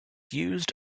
used